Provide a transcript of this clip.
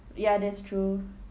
ya that's true